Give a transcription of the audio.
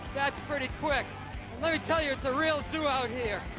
that's pretty quick. let me tell you, it's a real zoo out here.